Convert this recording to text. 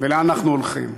ולאן אנחנו הולכים.